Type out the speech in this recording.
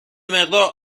مقدار